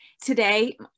today